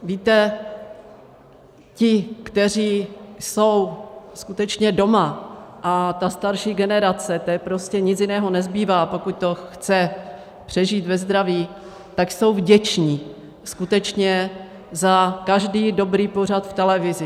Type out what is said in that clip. Víte, ti, kteří jsou skutečně doma, a ta starší generace, té prostě nic jiného nezbývá, pokud to chce přežít ve zdraví, tak jsou vděční skutečně za každý dobrý pořad v televizi.